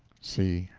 c.